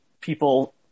people